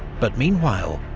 but meanwhile,